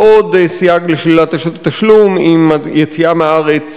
ועוד סייג לשלילת תשלום אם היציאה מהארץ